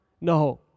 No